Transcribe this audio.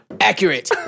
accurate